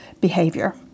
behavior